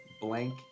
Blank